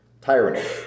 Tyranny